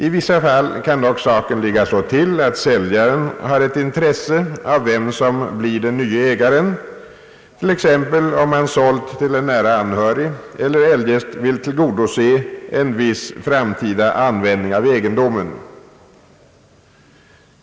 I vissa fall kan dock saken ligga så till att säljaren har ett intresse av vem som blir den nye ägaren, t.ex. om han sålt till en nära anhörig eller eljest vill tillgodose en viss framtida användning av egendomen.